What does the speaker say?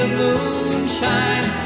moonshine